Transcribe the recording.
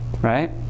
right